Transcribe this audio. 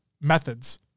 methods